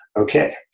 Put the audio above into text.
Okay